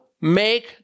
make